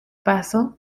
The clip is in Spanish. paso